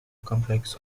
complex